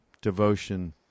devotion